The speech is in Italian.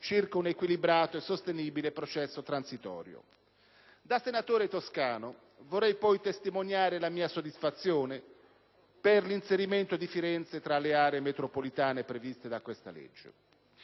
circa un equilibrato e sostenibile processo transitorio. Da senatore toscano vorrei poi testimoniare la mia soddisfazione per l'inserimento di Firenze tra le aree metropolitane previste da questa legge.